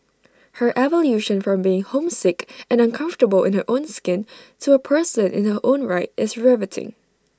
her evolution from being homesick and uncomfortable in her own skin to A person in her own right is riveting